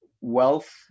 wealth